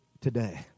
today